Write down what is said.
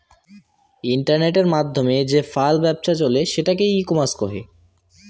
ইন্টারনেটের মাধ্যমে যে ফাল ব্যপছা চলে সেটোকে ই কমার্স কহে